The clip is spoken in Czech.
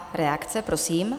A reakce, prosím.